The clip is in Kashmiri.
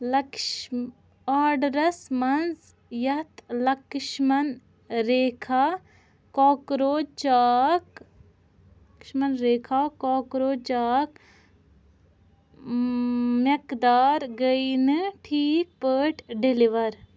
لکٕشِم آرڈرَس منٛز یَتھ Lakshman Rekha cockroach chalk Lakshman Rekha cockroach chalk میٚقدار گٔے نہٕ ٹھیٖک پٲٹھۍ ڈیٚلِور